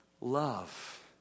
love